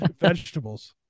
vegetables